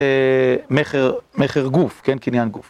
מחר גוף, כן? קניין גוף.